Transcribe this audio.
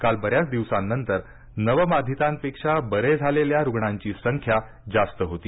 काल बऱ्याच दिवसांनंतर नवबाधितांपेक्षा बरे झालेल्या रुग्णांची संख्या जास्त होती